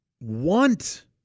want